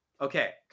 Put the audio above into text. Okay